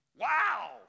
Wow